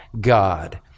God